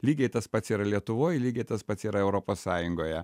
lygiai tas pats yra lietuvoj lygiai tas pats yra europos sąjungoje